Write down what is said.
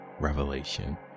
revelation